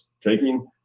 taking